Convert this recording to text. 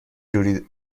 جوری